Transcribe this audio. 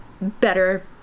better